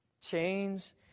Chains